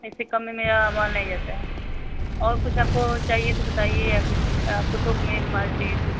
इससे कम में मेरा माल नहीं जाता है और कुछ आपको चाहिए तो बताइये या कुछ आपको थोक में माल चाहिए तो